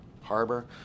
harbor